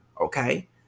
okay